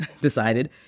decided